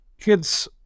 kids